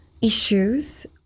issues